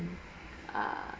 err